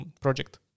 project